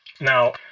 now